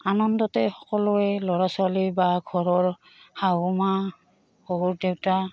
আনন্দতেই সকলোৱে ল'ৰা ছোৱালী বা ঘৰৰ শাহুমা শহুৰদেউতা